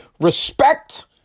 respect